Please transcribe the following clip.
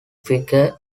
figure